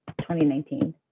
2019